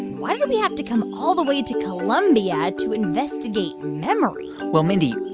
why did we have to come all the way to colombia to investigate memory? well, mindy,